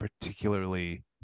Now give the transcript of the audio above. particularly